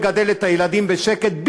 שיוכלו לגדל את הילדים בשקט,